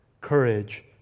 courage